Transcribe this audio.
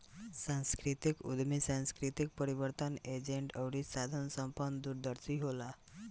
सांस्कृतिक उद्यमी सांस्कृतिक परिवर्तन एजेंट अउरी साधन संपन्न दूरदर्शी होला